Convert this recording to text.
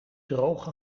droge